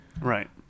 Right